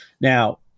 now